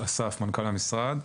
אסף מנכ"ל המשרד.